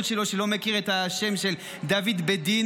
שלו שלא מכיר את השם של דוד בדין,